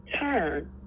turn